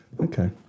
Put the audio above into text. Okay